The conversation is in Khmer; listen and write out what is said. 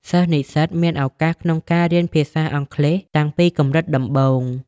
សិស្សនិស្សិតមានឱកាសក្នុងការរៀនភាសាអង់គ្លេសតាំងពីកម្រិតដំបូង។